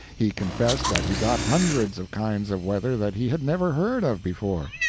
he confessed that he got hundreds of kinds of weather that he had never heard of before.